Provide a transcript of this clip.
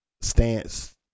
stance